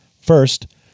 First